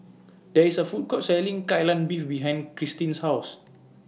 There IS A Food Court Selling Kai Lan Beef behind Cristine's House